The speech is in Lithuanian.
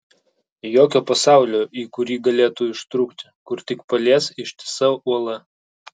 jokio pasaulio į kurį galėtų ištrūkti kur tik palies ištisa uola